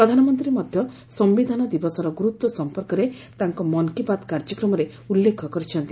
ପ୍ରଧାନମନ୍ତ୍ରୀ ମଧ୍ୟ ସମ୍ଭିଧାନ ଦିବସର ଗୁରୁତ୍ୱ ସଂପର୍କରେ ତାଙ୍କ ମନ୍ କି ବାତ୍ କାର୍ଯ୍ୟକ୍ରମରେ ଉଲ୍ଲେଖ କରିଛନ୍ତି